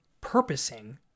purposing